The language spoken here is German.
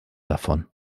davon